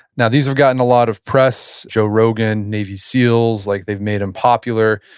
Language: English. now, these have gotten a lot of press, joe rogan, navy seals, like they've made him popular.